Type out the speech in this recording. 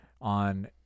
on